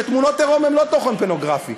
שתמונות עירום הן לא תוכן פורנוגרפי.